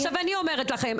אני אומרת לכם,